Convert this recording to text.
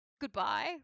goodbye